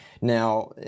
Now